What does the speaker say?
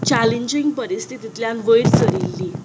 challenging परिस्थितींतल्यान वयर सरिल्ली